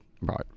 Right